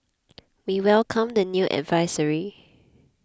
we welcomed the new advisory